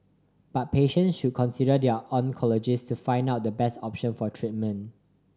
but patients should consider their oncologist to find out the best option for treatment